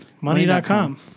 Money.com